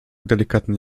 delikatny